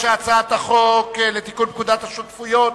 ההצעה להעביר את הצעת חוק לתיקון פקודת השותפויות